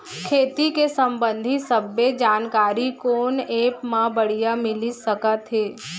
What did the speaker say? खेती के संबंधित सब्बे जानकारी कोन एप मा बढ़िया मिलिस सकत हे?